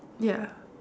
ya